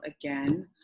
again